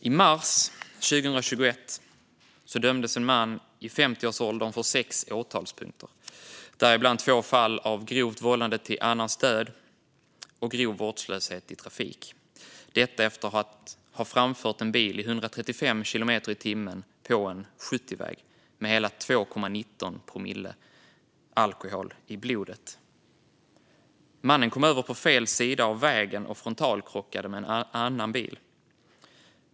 I mars 2021 dömdes en man i 50-årsåldern på sex åtalspunkter, däribland två fall av grovt vållande till annans död och grov vårdslöshet i trafik efter att ha framfört en bil i 135 kilometer i timmen på en 70-väg med hela 2,19 promille alkohol i blodet. Mannen kom över på fel sida av vägen och frontalkrockade med en annan bil.